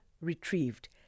retrieved